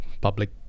public